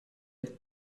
est